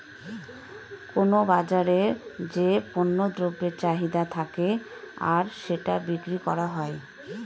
কোনো বাজারে যে পণ্য দ্রব্যের চাহিদা থাকে আর সেটা বিক্রি করা হয়